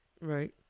Right